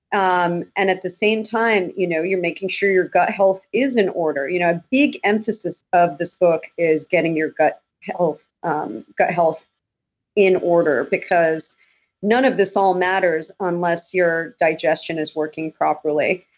um and at the same time, you know you're making sure your gut health is in order. you know a big emphasis of this book is getting your gut health um gut health in order, because none of this all matters unless your digestion is working properly.